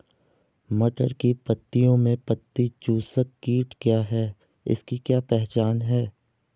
मटर की पत्तियों में पत्ती चूसक कीट क्या है इसकी क्या पहचान है?